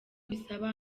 bisaba